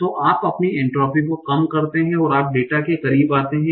तो आप अपनी एन्ट्रापी को कम करते हैं और आप डेटा के करीब आते हैं